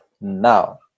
now